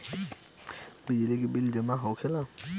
बिजली के बिल कैसे जमा होला?